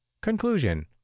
Conclusion